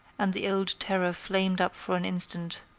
and the old terror flamed up for an instant,